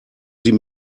sie